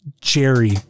Jerry